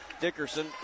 Dickerson